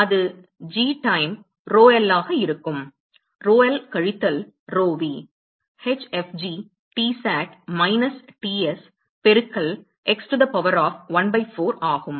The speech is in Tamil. எனவே அது g நேரம் முறை rho l ஆக இருக்கும் rho l கழித்தல் rho v hfg Tsat minus Ts பெருக்கல் x to the power of 1 by 4 ஆகும்